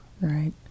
right